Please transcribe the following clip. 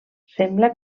sembla